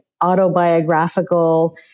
autobiographical